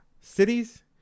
cities